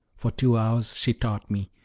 for two hours she taught me,